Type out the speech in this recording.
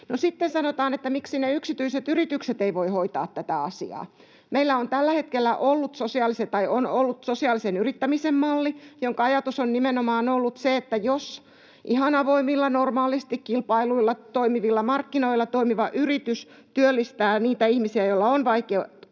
sitten sanotaan, että miksi ne yksityiset yritykset eivät voi hoitaa tätä asiaa. Meillä on ollut sosiaalisen yrittämisen malli, jonka ajatus on nimenomaan ollut se, että jos ihan avoimilla, normaalisti kilpailulla toimivilla markkinoilla toimiva yritys työllistää niitä ihmisiä, joilla on vaikeuksia